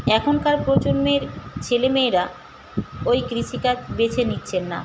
এখনকার প্রজন্মের ছেলেমেয়েরা ওই কৃষিকাজ বেছে নিচ্ছেন না